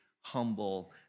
humble